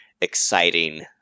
exciting